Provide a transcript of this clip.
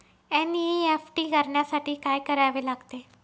NEFT करण्यासाठी काय करावे लागते?